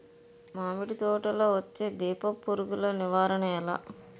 మామిడి తోటలో వచ్చే దీపపు పురుగుల నివారణ ఎలా?